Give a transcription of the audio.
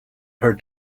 her